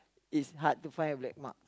is hard too find a black mark